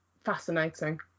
Fascinating